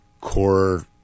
core